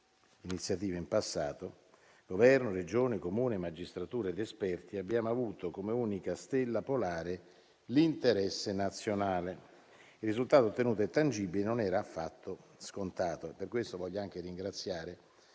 iniziative in passato - Governo, Regione, Comune, magistratura ed esperti - e abbiamo avuto come unica stella polare l'interesse nazionale. Il risultato ottenuto è tangibile e non era affatto scontato, e per questo voglio anche ringraziare